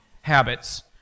habits